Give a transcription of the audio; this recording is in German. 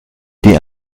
die